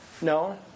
No